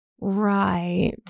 right